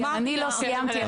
אני לא סיימתי.